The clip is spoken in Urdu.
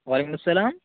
وعلیکم السلام